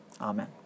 Amen